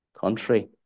country